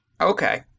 Okay